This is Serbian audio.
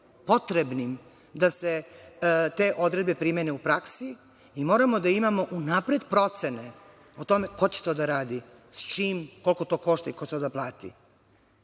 potrebnim da se te odredbe primene u praksi, i moramo da imamo unapred procene o tome ko će to da radi, sa čim, koliko to košta i ko će to da plati?